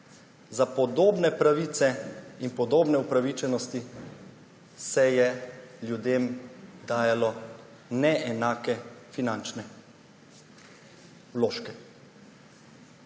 za podobne pravice in podobne upravičenosti so se ljudem dajali neenaki finančni vložki.